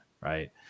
Right